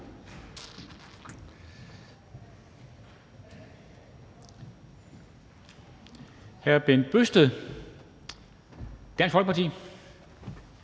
Hr. Bent Bøgsted, Dansk Folkeparti.